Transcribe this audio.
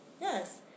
Yes